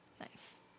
Nice